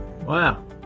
Wow